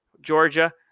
Georgia